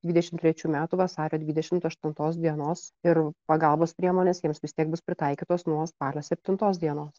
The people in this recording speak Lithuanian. dvidešim trečių metų vasario dvidešim aštuntos dienos ir pagalbos priemonės jiems vis tiek bus pritaikytos nuo spalio septintos dienos